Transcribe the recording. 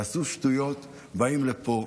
יעשו שטויות הם באים לפה.